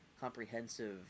comprehensive